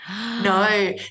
No